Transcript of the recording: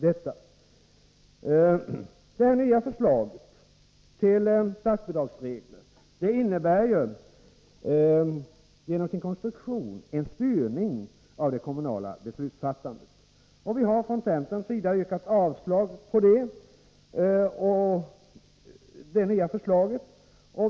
Det nya förslaget till statsbidragsregler innebär genom sin konstruktion en styrning av det kommunala beslutsfattandet. Från centern har vi yrkat avslag på detta nya förslag.